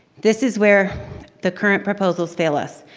this is where the current proposals fail us.